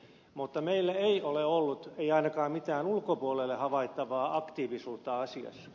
mutta meillä ei ole ollut ei ainakaan mitään ulkopuolelle havaittavaa aktiivisuutta asiassa